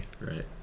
Right